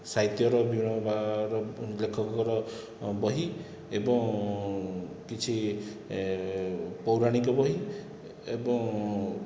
ସାହିତ୍ୟର ବିଭିନ୍ନ ପ୍ରକାର ଲେଖକଙ୍କର ବହି ଏବଂ କିଛି ଏ ପୌରାଣିକ ବହି ଏବଂ